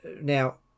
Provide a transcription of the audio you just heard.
Now